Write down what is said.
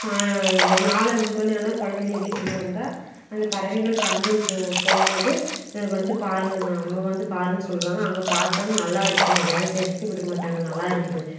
சா நாலு அஞ்சு மணி ஆனால் ககொழந்தைங்க வீட்டுக்கு வந்தால் அந்தப் பறவைங்கள் பறந்துன்னு போ போகும்மோது வந்து பாரு அம்மா வந்து பாருன்னு சொல்லுவாங்கள் அங்கே பார்த்தோன்ன நல்லா இருக்கும் வேலை செய்கிறத்துக்கே விட மாட்டாங்கள் நல்லா இருக்குது